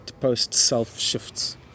post-self-shifts